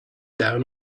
down